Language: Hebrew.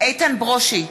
איתן ברושי,